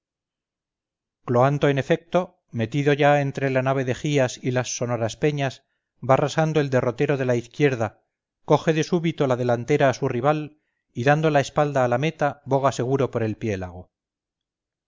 cloanto en efecto metido ya entre la nave de gías y las sonoras peñas va rasando el derrotero de la izquierda coge de súbito la delantera a su rival y dando la espalda a la meta boga seguro por el piélago inflama entonces